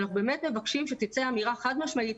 אנחנו באמת מבקשים שתצא אמירה חד משמעית,